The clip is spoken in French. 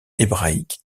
hébraïque